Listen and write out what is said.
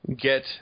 get